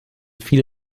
viele